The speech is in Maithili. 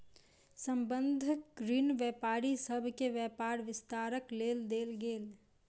संबंद्ध ऋण व्यापारी सभ के व्यापार विस्तारक लेल देल गेल